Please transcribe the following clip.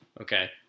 Okay